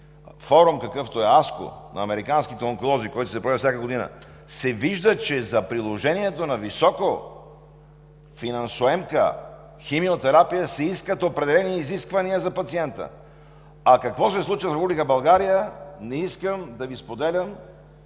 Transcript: форум, какъвто е „Аско“ – на американските онколози, който се провежда всяка година, се вижда, че за приложението на високофинансоемка химиотерапия са необходими определени изисквания за пациента. Какво се случва обаче в Република България? Не искам да Ви споделям!